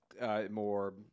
more